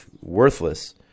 worthless